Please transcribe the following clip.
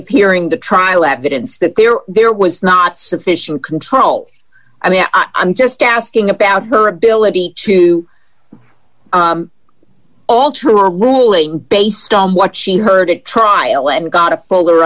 of hearing the trial evidence that there there was not sufficient control i mean i'm just asking about her ability to alter a ruling based on what she heard it trial and got a fuller